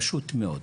פשוט מאוד.